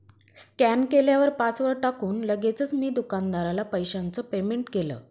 scan केल्यावर password टाकून लगेचच मी दुकानदाराला पैशाचं पेमेंट केलं